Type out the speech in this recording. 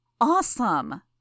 Awesome